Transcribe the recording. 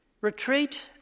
Retreat